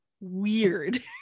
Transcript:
Weird